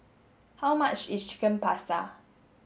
how much is Chicken Pasta